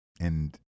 And-